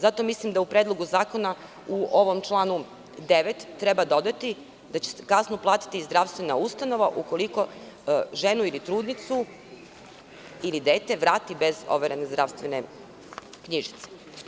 Zato mislim da u Predlogu zakona u ovom članu 9. treba dodati, da će kaznu platiti zdravstvena ustanova ukoliko ženu ili trudnicu ili dete vrati bez overene zdravstvene knjižice.